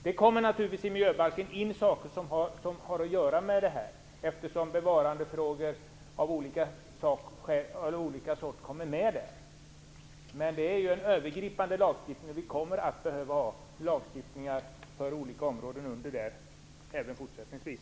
Det kommer naturligtvis att i miljöbalken föras in bestämmelser som har att göra med detta, eftersom bevarandefrågor av olika slag finns med. Men det är en övergripande lagstiftning. Vi kommer att behöva lagstiftning för olika områden även fortsättningsvis.